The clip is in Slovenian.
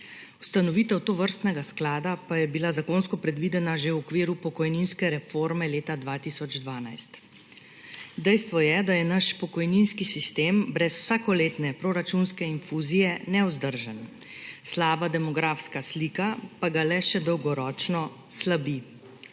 Ustanovitev tovrstnega sklada pa je bila zakonsko predvidena že v okviru pokojninske reforme leta 2012. Dejstvo je, da je naš pokojninski sistem brez vsakoletne proračunske infuzije nevzdržen, slaba demografska slika pa ga le še dolgoročno slabi,